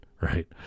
right